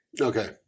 Okay